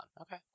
Okay